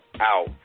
out